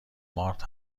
مارت